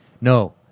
No